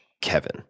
Kevin